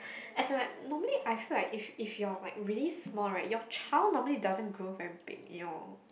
I feel like normally I feel if if you're really small right your child normally doesn't grow very big you know